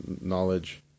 knowledge